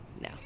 No